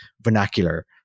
vernacular